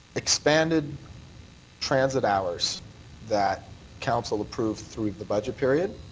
expanded transit hours that council approved through the budget period.